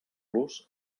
los